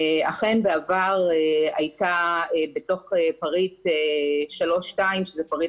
אכן בעבר הייתה בתוך פריט 3.2 שזה פריט